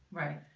right.